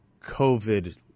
COVID